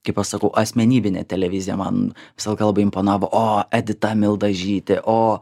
kaip aš sakau asmenybinė televizija man savo kalbą imponavo o edita mildažytė o